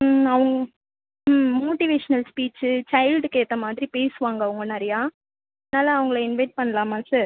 ம் அவங் ம் மோட்டிவேஷ்னல் ஸ்பீச்சு சைல்டுக்கு ஏற்ற மாதிரி பேசுவாங்க அவங்க நிறையா அதனால் அவங்கள இன்வைட் பண்ணலாமா சார்